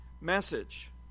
message